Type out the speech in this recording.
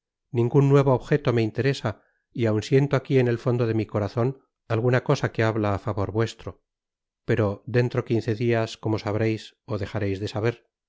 ningun nuevo objeto me interesa y aun siento aqui en el fondo de mi corazon alguna cosa que habla á favor vuestro pero dentro quince dias como sabreis ó dejareis de saber